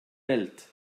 welt